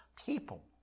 people